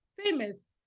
famous